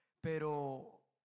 Pero